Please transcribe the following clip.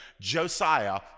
Josiah